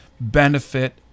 benefit